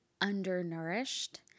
undernourished